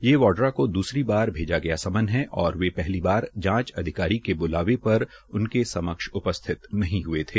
ये वाड्रा को द्रसरी बार भेजा गया समन है और वे पहली बार जांच अधिकारी के ब्लावे पर उनके समक्ष उपस्थित नहीं हये थे